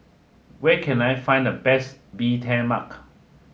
where can I find the best Bee Tai Mak